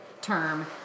term